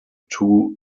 two